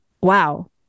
wow